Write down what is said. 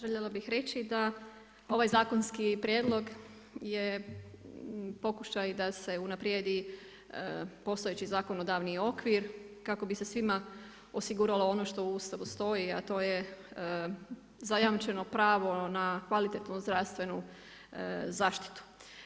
Željela bih reći, da ovaj zakonski prijedlog, je pokušaj da se unaprijedi postojeći zakonodavni okvir, kako bi se svima osiguralo ono što u Ustavu stoji, a to je zajamčeno pravo, na kvalitetnu zdravstvenu zaštitu.